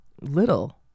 little